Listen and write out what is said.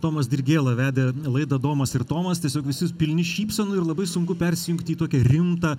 tomas dirgėla vedė laidą domas ir tomas tiesiog visi pilni šypsenų ir labai sunku persijungti į tokią rimtą